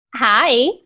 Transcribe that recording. Hi